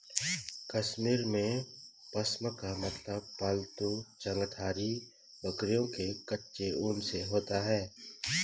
कश्मीर में, पश्म का मतलब पालतू चंगथांगी बकरियों के कच्चे ऊन से होता है